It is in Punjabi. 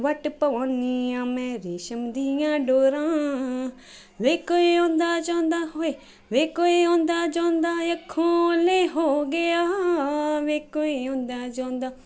ਵੱਟ ਪਵਾਉਂਦੀ ਆਂ ਮੈਂ ਰੇਸ਼ਮ ਦੀਆਂ ਡੋਰਾਂ ਵੇ ਕੋਈ ਆਉਂਦਾ ਜਾਂਦਾ ਹੋਏ ਵੇ ਕੋਈ ਆਉਂਦਾ ਜਿਊਂਦਾ ਅੱਖੋਂ ਓਹਲੇ ਹੋ ਗਿਆ ਵੇ ਕੋਈ ਆਉਂਦਾ ਜਿਊਂਦਾ